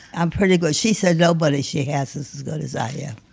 i'm pretty good. she said nobody she has is as good as i am.